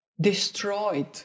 destroyed